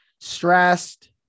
Stressed